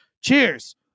Cheers